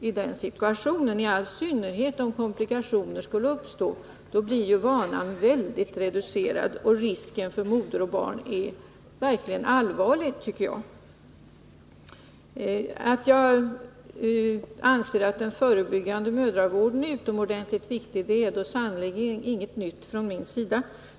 I synnerhet när det gäller sådana fall där komplikationer kan uppstå blir vanan väldigt reducerad, och risken för moder och barn är verkligen allvarlig, tycker jag. Att jag anser att den förebyggande mödravården är utomordentligt viktig är sannerligen inget nytt från min sida.